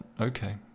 okay